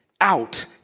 out